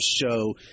show